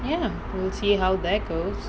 ya we'll see how that goes